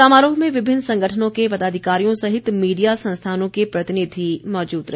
समारोह में विभिन्न संगठनों के पदाधिकारियों सहित मीडिया संस्थानों के प्रतिनिधि मौजूद रहे